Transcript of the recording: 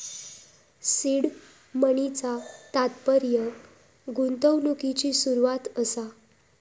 seed मनीचा तात्पर्य गुंतवणुकिची सुरवात असा